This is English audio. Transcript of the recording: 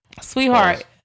sweetheart